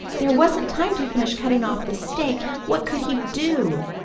there wasn't time to finish cutting off the stake. what could he do?